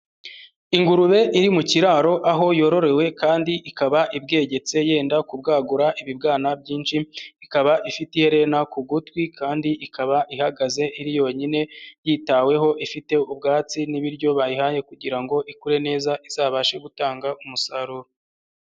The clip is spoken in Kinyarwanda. Ingurube iri mu kiraro aho yororewe kandi ikaba ibwegetse yenda kubwagura ibibwana byinshi, ikaba ifiti iherena ku gutwi kandi ikaba ihagaze iri yonyine yitaweho ifite ubwatsi n'ibiryo bayihaye kugira ngo ikure neza izabashe gutanga umusaruro.